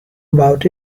about